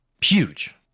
huge